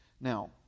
now